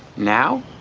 now